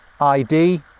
ID